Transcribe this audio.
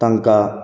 तांकां